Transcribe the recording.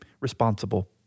Responsible